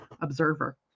Observer